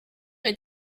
est